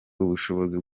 ubushobozi